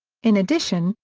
in addition,